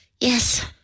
Yes